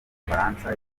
bufaransa